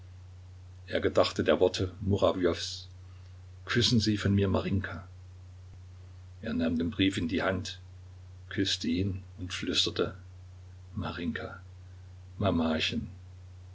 er gedachte der worte murawjows küssen sie von mir marinjka er nahm den brief in die hand küßte ihn und flüsterte